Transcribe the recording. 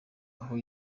aho